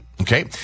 Okay